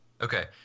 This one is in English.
Okay